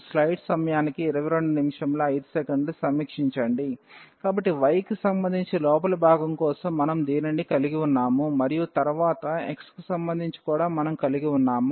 Ix0aya2 x a2axyln xa x a2dydx కాబట్టి y కి సంబంధించి లోపలి భాగం కోసం మనం దీనిని కలిగి ఉన్నాము మరియు తరువాత x కి సంబంధించి కూడా మనం కలిగి ఉన్నాము